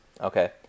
okay